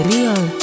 Real